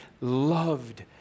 loved